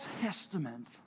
Testament